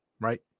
right